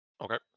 Okay